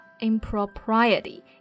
impropriety